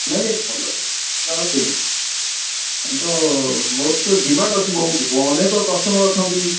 ନାଇଁ ନାଇଁ ଭଲ କିନ୍ତୁ ମୋର ତ ଡିମାଣ୍ଡ୍ ଅଛି ବହୁତ ଅନେକ କଷ୍ଟମର୍ ଅଛନ୍ତି